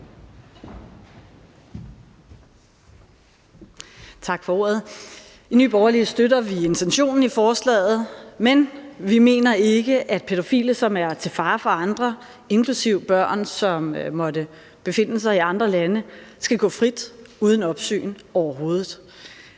I Nye Borgerlige støtter vi intentionen i forslaget, men vi mener ikke, at pædofile, som er til fare for andre, inklusive børn, som måtte befinde sig i andre lande, overhovedet